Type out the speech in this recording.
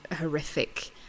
horrific